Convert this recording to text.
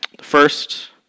First